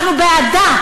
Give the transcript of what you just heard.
אנחנו בעדה.